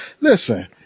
Listen